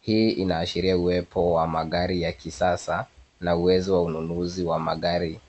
Hii inaashiria uwepo wa magari ya kisasa na uwezo wa ununuzi wa magari.